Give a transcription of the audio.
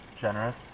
generous